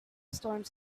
storms